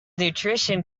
nutrition